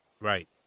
Right